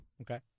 Okay